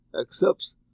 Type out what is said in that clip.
accepts